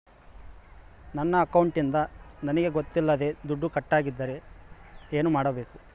ನನ್ನ ಅಕೌಂಟಿಂದ ನನಗೆ ಗೊತ್ತಿಲ್ಲದೆ ದುಡ್ಡು ಕಟ್ಟಾಗಿದ್ದರೆ ಏನು ಮಾಡಬೇಕು?